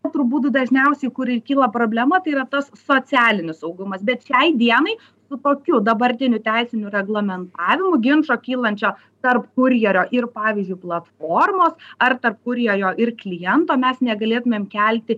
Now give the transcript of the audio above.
o turbūt dažniausiai kur ir kyla problema tai yra tas socialinis saugumas bet šiai dienai su tokiu dabartiniu teisiniu reglamentavimu ginčo kylančio tarp kurjerio ir pavyzdžiui platformos ar tarp kurjerio ir kliento mes negalėtumėme kelti